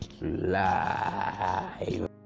live